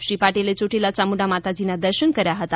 શ્રી પાટીલે ચોટીલા ચામુંડા માતાજીના દર્શન કર્યા હતા